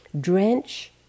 drench